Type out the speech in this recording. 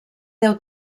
deu